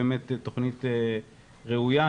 תוכנית ראויה,